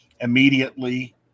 Immediately